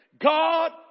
God